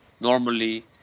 Normally